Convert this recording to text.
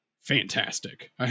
Fantastic